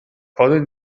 poden